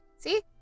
See